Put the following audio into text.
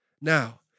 Now